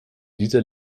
dieser